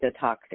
detoxing